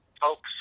folks